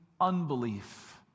unbelief